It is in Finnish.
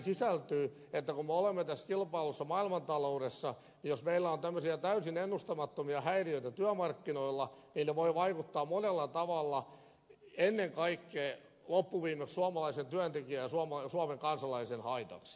kun me olemme tässä kilpaillussa maailmantaloudessa jos meillä on tämmöisiä täysin ennustamattomia häiriöitä työmarkkinoilla ne voivat vaikuttaa monella tavalla ennen kaikkea loppuviimeksi suomalaisen työntekijän ja suomen kansalaisen haitaksi